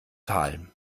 tal